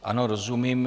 Ano, rozumím.